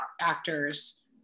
actors